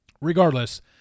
Regardless